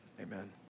amen